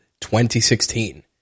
2016